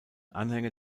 anhänger